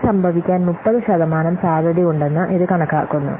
ഇത് സംഭവിക്കാൻ 30 ശതമാനം സാധ്യതയുണ്ടെന്ന് ഇത് കണക്കാക്കുന്നു